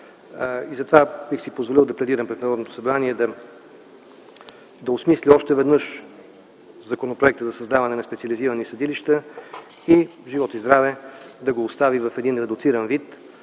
Затова бих си позволил да пледирам пред Народното събрание да осмисли още веднъж Законопроекта за създаване на специализирани съдилища и живот и здраве – да го остави в един редуциран вид.